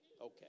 Okay